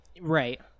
Right